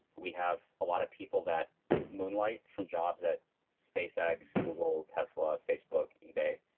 we have a lot of people that moonlight from jobs at spacex, google, tesla, facebook, ebay,